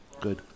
Good